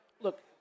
Look